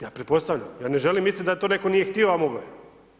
Ja pretpostavljam, ja ne želim misliti da to netko nije htio, a mogao je.